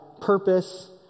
purpose